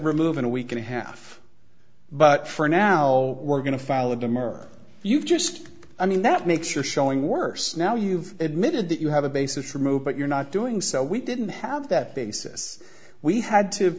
remove in a week and a half but for now we're going to file the demur you've just i mean that makes your showing worse now you've admitted that you have a basis for move but you're not doing so we didn't have that basis we had to